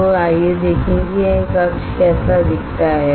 तो आइए देखें कि यह कक्ष कैसा दिखता है